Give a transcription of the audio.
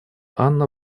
анна